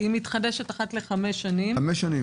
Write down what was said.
היא מתחדשת אחת לחמש שנים,